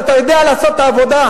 ואתה יודע לעשות את העבודה,